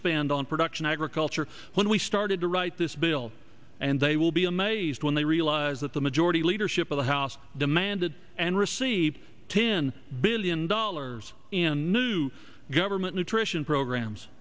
spend on production agriculture when we started to write this bill and they will be amazed when they realize that the majority leadership of the house demanded and received ten billion dollars in new government nutrition programs